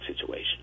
situation